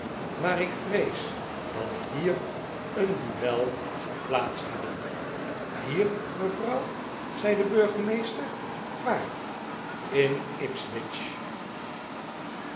maar ik vrees dat hier een duel zal plaats hebben hier mejuffrouw zei de burgemeester waar in